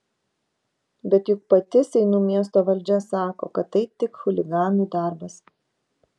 bet juk pati seinų miesto valdžia sako kad tai tik chuliganų darbas